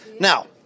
now